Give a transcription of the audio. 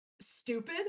stupid